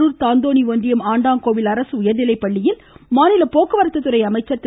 கரூர் தாந்தோணி ஒன்றியம் ஆண்டாங்கோவில் அரசு உயர்நிலை பள்ளியில் மாநில போக்குவரத்து துறை அமைச்சர் திரு